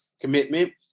commitment